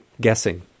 guessing